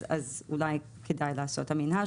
אז אולי כדאי לעשות "המינהל",